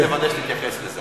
רק רציתי לוודא שתתייחס לזה.